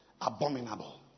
abominable